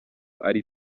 ari